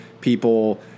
people